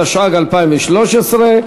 התשע"ג 2013,